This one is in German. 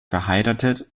verheiratet